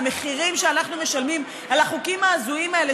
המחירים שאנחנו משלמים על החוקים ההזויים האלה